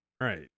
right